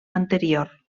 anterior